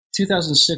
2006